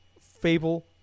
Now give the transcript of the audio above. Fable